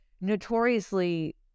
notoriously